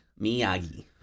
Miyagi